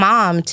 Mom